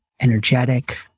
Energetic